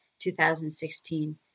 2016